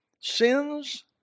sins